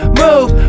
move